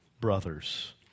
brothers